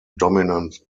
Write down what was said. dominant